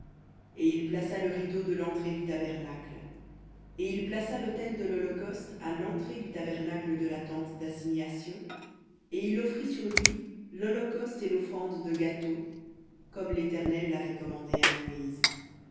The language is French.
et il plaça le rideau de l'entrée du tabernacle et il plaça l'autel de l'holocauste à l'entrée du tabernacle de la tente d'assignation et il offrit sur lui l'holocauste et l'offrande de gâteau comme l'éternel l'avait commandé à moïse